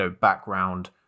background